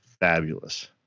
fabulous